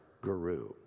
guru